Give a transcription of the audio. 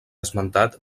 esmentat